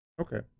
Okay